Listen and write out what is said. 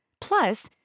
Plus